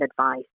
advice